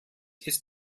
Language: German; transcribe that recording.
ist